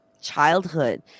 childhood